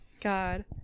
God